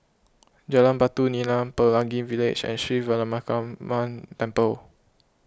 Jalan Batu Nilam Pelangi Village and Sri Veeramakaliamman Temple